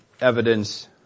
evidence